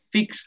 Fix